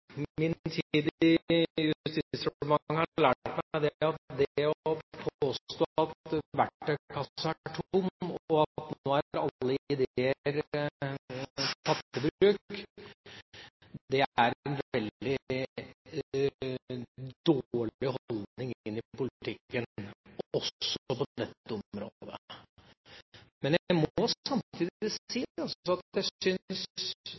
er tom og at nå er alle ideer tatt i bruk, er en veldig dårlig holdning i politikken, også på dette området. Men jeg må samtidig si at jeg syns